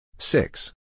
Six